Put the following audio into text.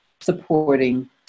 supporting